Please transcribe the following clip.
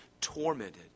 tormented